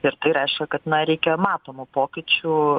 ir tai reiškia kad na reikia matomų pokyčių